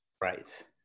right